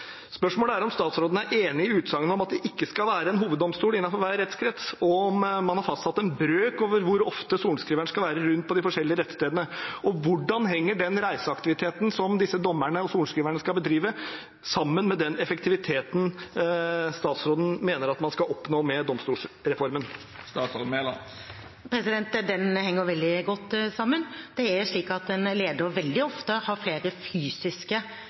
Spørsmålet er om statsråden er enig i utsagnet om at det ikke skal være en hoveddomstol innenfor hver rettskrets, og om man har fastsatt en brøk for hvor ofte sorenskriveren skal være rundt på de forskjellige rettsstedene. Og hvordan henger den reiseaktiviteten som disse dommerne og sorenskriverne skal bedrive, sammen med den effektiviteten statsråden mener at man skal oppnå med domstolsreformen? Den henger veldig godt sammen. Det er slik at en leder veldig ofte har flere fysiske